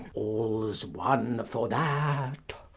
all's one for that.